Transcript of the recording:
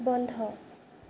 বন্ধ